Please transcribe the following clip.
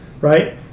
Right